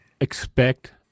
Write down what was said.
expect